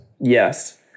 Yes